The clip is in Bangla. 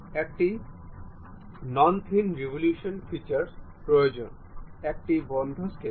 একটি নন থিন রেভোল্যুশন ফিচার্সর প্রয়োজন একটি বদ্ধ স্কেচে